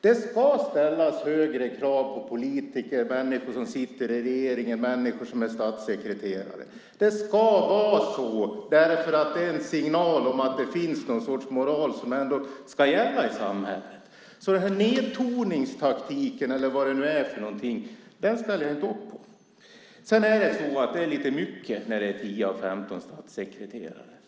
Det ska ställas högre krav på politiker, människor som sitter i regeringen och människor som är statssekreterare. Det ska vara så därför att det är en signal om att det finns någon sorts moral som ändå ska gälla i samhället. Nedtoningstaktiken, eller vad det nu är för någonting, ställer jag inte upp på. Sedan är det lite mycket när det handlar om 10 av 15 statssekreterare.